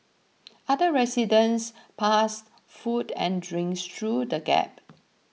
other residents passed food and drinks through the gap